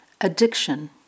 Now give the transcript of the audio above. addiction